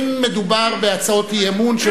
לא מדובר בהצעות אי-אמון,